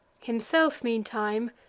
himself, meantime,